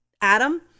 adam